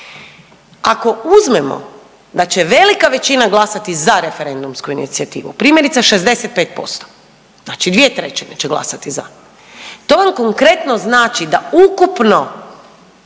Ako uzmemo da će velika većina glasati za referendumsku inicijativu, primjerice 65%, znači 2/3 će glasati za, to vam konkretno znači da ukupno